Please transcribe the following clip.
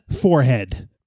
forehead